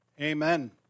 Amen